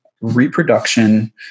reproduction